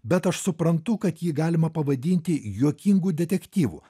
bet aš suprantu kad jį galima pavadinti juokingu detektyvu